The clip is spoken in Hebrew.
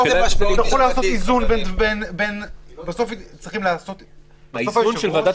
יצטרכו לעשות איזון --- באיזון של ועדת